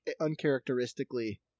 uncharacteristically